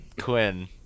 Quinn